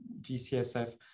GCSF